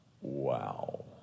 Wow